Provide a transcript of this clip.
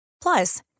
Plus